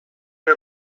are